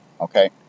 Okay